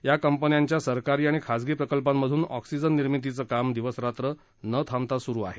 या कंपन्यांच्या सरकारी आणि खाजगी प्रकल्पांमधून ऑक्सीजन निर्मितीचं काम दिवसरात्र न थांबता सुरु आहे